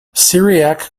syriac